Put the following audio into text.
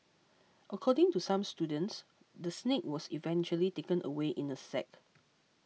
according to some students the snake was eventually taken away in a sack